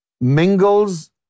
mingles